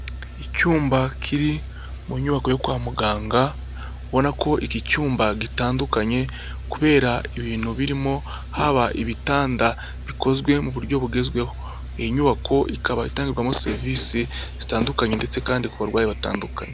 Icyumba kiri mu nyubako yo kwa muganga ubona ko iki cyumba gitandukanye kubera ibintu birimo haba ibitanda bikozwe mu buryo bugezweho. Iyi nyubako ikaba itangirwamo serivisi zitandukanye ndetse kandi ku barwayi batandukanye.